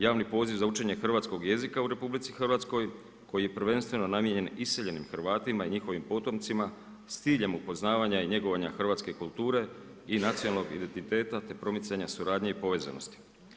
Javni poziv za učenje hrvatskog jezika u RH koji je prvenstveno namijenjen iseljenim Hrvatima i njihovim potomcima s ciljem upoznavanja i njegovanja hrvatske kulture i nacionalnog identiteta te promicanje suradnje i povezanosti.